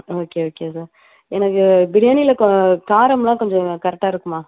okay okay sir எனக்கு பிரியாணியில் கோ காரமெலாம் கொஞ்சம் கரெக்டாக இருக்குமா